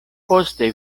poste